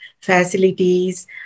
Facilities